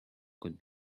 could